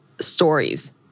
stories